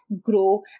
grow